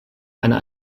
einer